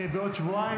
בעוד שבועיים,